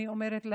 אני אומרת להם: